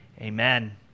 Amen